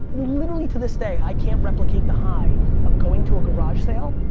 literally to this day, i can't replicate the high of going to a garage sale,